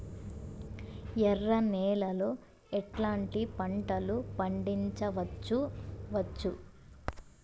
ఎర్ర నేలలో ఎట్లాంటి పంట లు పండించవచ్చు వచ్చు?